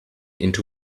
into